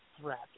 threat